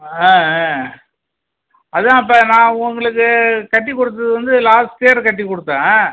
ஆ ஆ அதான் இப்போ நான் உங்களுக்கு கட்டி கொடுத்தது வந்து லாஸ்ட் இயர் கட்டி கொடுத்தேன்